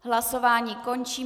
Hlasování končím.